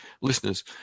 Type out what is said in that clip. listeners